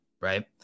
right